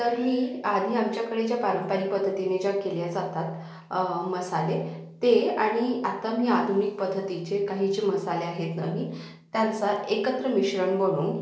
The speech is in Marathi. तर मी आधी आमच्याकडे ज्या पारंपरिक पद्धतीने ज्या केल्या जातात मसाले ते आणि आत्ता मी आधुनिक पद्धतीचे काही जे मसाले आहेत घरी त्यानसार एकत्र मिश्रण बनवून